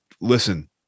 Listen